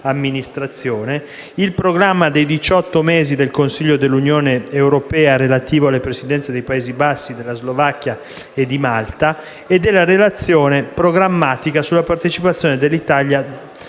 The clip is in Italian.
amministrazione»; del programma dei 18 mesi del Consiglio dell'Unione europea relativo alle Presidenze dei Paesi Bassi, della Slovacchia e di Malta, e della relazione programmatica sulla partecipazione dell'Italia